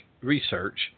Research